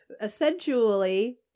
Essentially